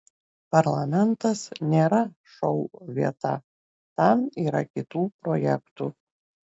parlamentas nėra šou vieta tam yra kitų projektų